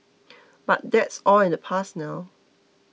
but that's all in the past now